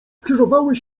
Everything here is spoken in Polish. skrzyżowały